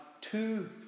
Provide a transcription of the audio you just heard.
Two